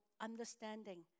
understanding